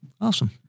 Awesome